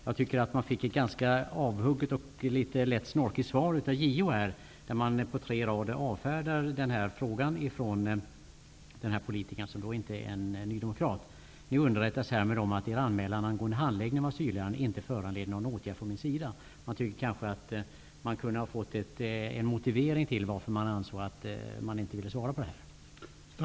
Jag tycker att den här politikern, som inte är en nydemokrat, fick ett ganska avhugget och lätt snorkigt svar av JO, som avfärdar frågan med tre rader: Ni underrättas härmed om att er anmälan angående handläggning av asylärenden inte föranleder någon åtgärd från min sida. Man tycker kanske att han kunde ha fått en motivering till att JO inte ville svara på detta.